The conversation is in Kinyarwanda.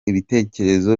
ibitekerezo